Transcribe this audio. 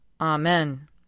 Amen